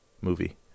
movie